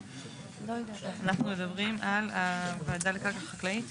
אנחנו מדברים על הוועדה לקרקע חקלאית.